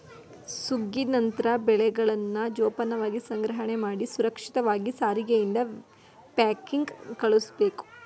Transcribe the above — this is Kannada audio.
ಸುಗ್ಗಿ ನಂತ್ರ ಬೆಳೆಗಳನ್ನ ಜೋಪಾನವಾಗಿ ಸಂಗ್ರಹಣೆಮಾಡಿ ಸುರಕ್ಷಿತವಾಗಿ ಸಾರಿಗೆಯಿಂದ ಪ್ಯಾಕಿಂಗ್ಗೆ ಕಳುಸ್ಬೇಕು